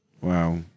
Wow